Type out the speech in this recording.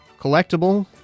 collectible